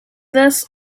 this